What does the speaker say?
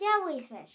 jellyfish